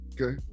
Okay